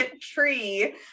tree